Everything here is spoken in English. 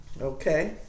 Okay